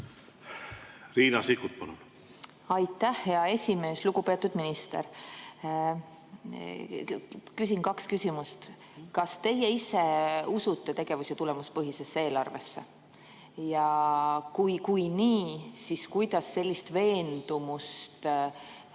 Riina Sikkut, palun! Aitäh, hea esimees! Lugupeetud minister! Küsin kaks küsimust. Kas teie ise usute tegevus‑ ja tulemuspõhisesse eelarvesse? Kui nii, siis kuidas sellist veendumust